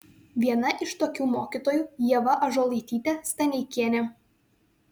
viena iš tokių mokytojų ieva ąžuolaitytė staneikienė